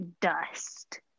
dust